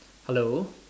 hello